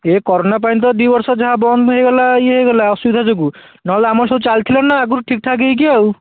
ଏହି କୋରନା ପାଇଁ ତ ଦୁଇ ବର୍ଷ ଯାହା ବନ୍ଦ ହୋଇଗଲା ଇଏ ହୋଇଗଲା ଅସୁବିଧା ଯୋଗୁଁ ନହେଲେ ଆମର ସବୁ ଚାଲିଥିଲା ନା ଆଗରୁ ଠିକ ଠାକ ହୋଇକି ଆଉ